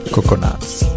Coconuts